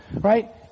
right